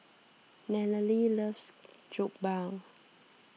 Nallely loves Jokbal